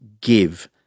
give